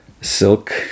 Silk